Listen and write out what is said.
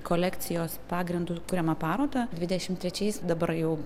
kolekcijos pagrindu kuriamą parodą dvidešimt trečiais dabar jau